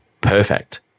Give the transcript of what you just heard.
Perfect